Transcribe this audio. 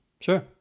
Sure